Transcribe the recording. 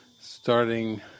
starting